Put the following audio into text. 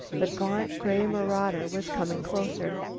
the gaunt, gray marauder was coming closer.